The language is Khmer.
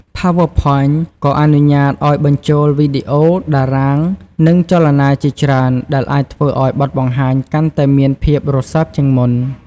PowerPoint ក៏អនុញ្ញាតិឱ្យបញ្ចូលវីដេអូ តារាង និងចលនាជាច្រើនដែលអាចធ្វើឱ្យបទបង្ហាញកាន់តែមានភាពរស៊ើបជាងមុន។